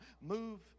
move